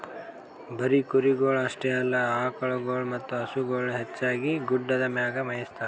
ಬರೀ ಕುರಿಗೊಳ್ ಅಷ್ಟೆ ಅಲ್ಲಾ ಆಕುಳಗೊಳ್ ಮತ್ತ ಹಸುಗೊಳನು ಹೆಚ್ಚಾಗಿ ಗುಡ್ಡದ್ ಮ್ಯಾಗೆ ಮೇಯಿಸ್ತಾರ